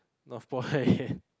Northpoint